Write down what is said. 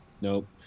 nope